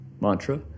mantra